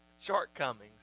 shortcomings